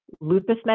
lupus